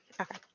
Okay